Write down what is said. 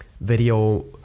video